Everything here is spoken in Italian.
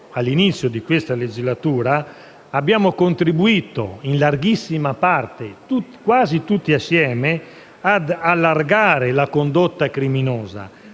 all'inizio di questa legislatura abbiamo contribuito a larghissima maggioranza (quasi tutti insieme) ad ampliare la condotta criminosa,